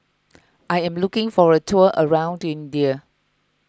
I am looking for a tour around India